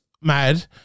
mad